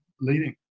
leading